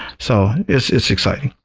so it's it's exciting.